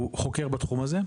הוא חוקר בתחום הזה.